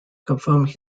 confirmed